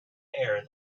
air